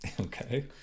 Okay